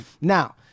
now